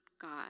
God